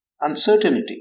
uncertainty